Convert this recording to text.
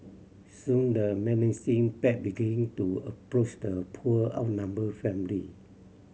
soon the menacing pack begin to approach the poor outnumbered family